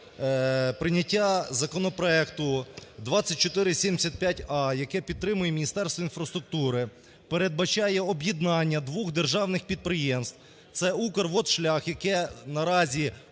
прийняття законопроекту 2475а, яке підтримує Міністерство інфраструктури, передбачає об'єднання двох державних підприємств – це "Укрводшлях", яке наразі